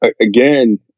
again